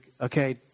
okay